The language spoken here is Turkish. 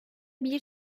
bir